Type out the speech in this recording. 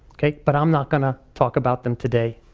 but i'm not gonna talk about them today.